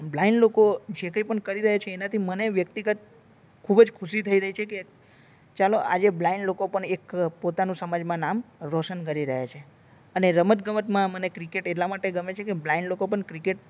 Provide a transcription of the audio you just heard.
blind લોકો જે કઈ પણ કરી રહ્યા છે એનાથી મને વ્યક્તિગત ખૂબ જ ખુશી થઈ રહી છે કે ચાલો આજે બ્લાઇન્ડ લોકો પણ એક પોતાનું સમાજમાં નામ રોશન કરી રહ્યા છે અને રમતગમતમાં મને ક્રિકેટ એટલા માટે ગમે છે કે બ્લાઇન્ડ લોકો પણ ક્રિકેટ